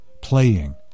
playing